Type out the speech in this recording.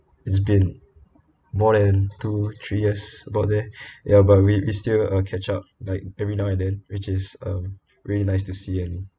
it's been more than two three years about there ya but we we still uh catch up like every now and then which is um really nice to see them